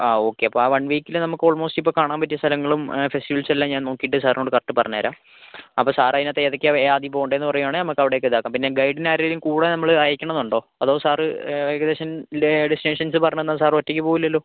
ആ ഓക്കെ അപ്പോൾ ആ വൺ വീക്കിൽ നമുക്ക് ഓൾമോസ്റ്റ് ഇപ്പോൾ കാണാൻ പറ്റിയ സ്ഥലങ്ങളും ഫെസ്റ്റിവൽസെല്ലാം ഞാൻ നോക്കിയിട്ട് സാറിനോട് കറക്റ്റ് പറഞ്ഞുതരാം അപ്പോൾ സാറതിനകത്ത് ഏതൊക്കെയാ ആദ്യം പോകേണ്ടതെന്നു പറയുവാണേൽ നമുക്കെവിടേക്ക് ഇതാക്കാം പിന്നെ ഗൈഡിനെ ആരേലും കൂടെ നമ്മൾ അയക്കണമെന്നുണ്ടോ അതോ സാർ ഏകദേശം ഡിസ്റ്റൻസ് പറഞ്ഞുതന്നാൽ സാർ ഒറ്റയ്ക്ക് പോവില്ലല്ലോ